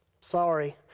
sorry